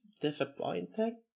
disappointing